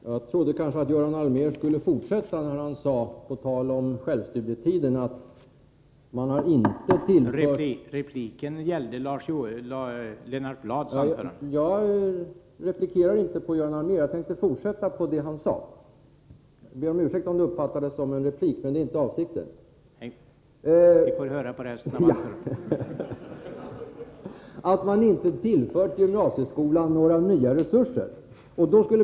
Herr talman! Jag replikerar inte Göran Allmér, utan tänkte fortsätta på det han sade. Jag ber om ursäkt om det uppfattades som en replik, för det var inte avsikten. Jag ville som sagt knyta an till Göran Allmérs uttalande att socialdemokraterna inte har tillfört gymnasieskolan några nya resurser.